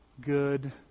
good